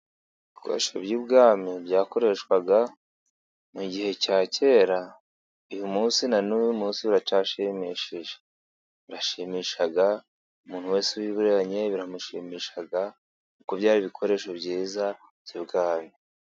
Ibikoresho by'ibwami byakoreshwaga mu gihe cya kera, uyu munsi na n'uyu munsi biracyashimishije, birashimisha umuntu wese ubibonye biramushimisha kuko byari ibikoresho byiza by'ibwami.